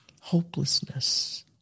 hopelessness